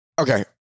Okay